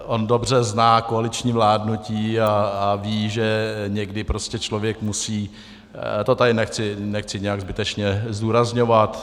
On dobře zná koaliční vládnutí a ví, že někdy prostě člověk musí, to tady nechci nějak zbytečně zdůrazňovat.